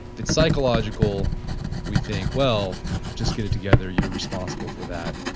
it's psychological we think, well just get it together. you're responsible for that.